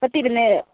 ഇപ്പോൾ തിരുനേ